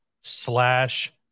slash